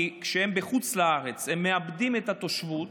כי כשהם בחוץ לארץ הם מאבדים את התושבות.